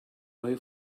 away